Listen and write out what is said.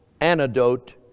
antidote